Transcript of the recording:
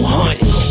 hunting